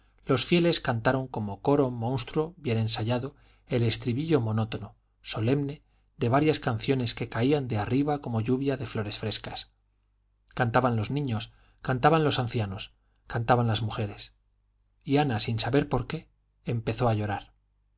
los fieles cantaron como coro monstruo bien ensayado el estribillo monótono solemne de varias canciones que caían de arriba como lluvia de flores frescas cantaban los niños cantaban los ancianos cantaban las mujeres y ana sin saber por qué empezó a llorar